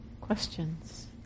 questions